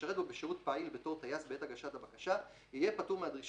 הגדר הליקופטר יקבל ממדריך